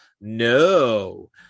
no